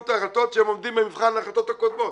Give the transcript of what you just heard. את ההחלטות שהם עומדים במבחן ההחלטות הקודמות?